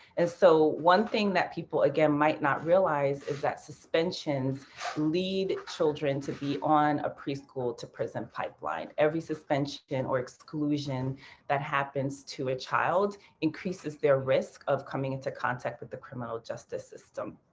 and so one thing that people again might not realize is that suspensions lead children to be on a preschool to prison pipeline. every suspension or exclusion that happens to a child increases their risk of coming into contact with the criminal justice system.